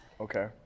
Okay